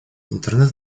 интернет